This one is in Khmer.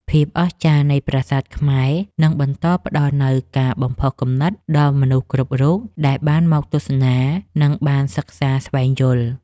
ភាពអស្ចារ្យនៃប្រាសាទខ្មែរនឹងបន្តផ្តល់នូវការបំផុសគំនិតដល់មនុស្សគ្រប់រូបដែលបានមកទស្សនា និង បានសិក្សាស្វែងយល់។